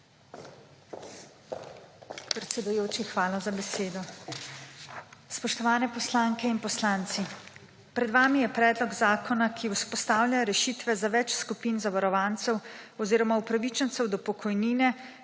Predsedujoči, hvala za besedo. Spoštovane poslanke in poslanci. Pred vami je predlog zakona, ki vzpostavlja rešitve za več skupin zavarovancev oziroma upravičencev do pokojnine